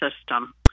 system